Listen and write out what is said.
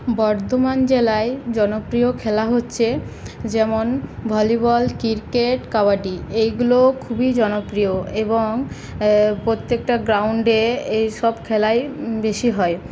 বর্ধমান জেলায় জনপ্রিয় খেলা হচ্ছে যেমন ভলিবল ক্রিকেট কাবাডি এইগুলো খুবই জনপ্রিয় এবং প্রত্যেকটা গ্রাউন্ডে এইসব খেলাই বেশী হয়